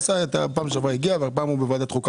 בפעם שעברה הגיע והפעם הוא בוועדת חוקה.